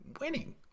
winning